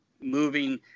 moving